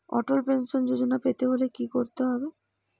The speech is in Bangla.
অটল পেনশন যোজনা পেতে হলে কি করতে হবে?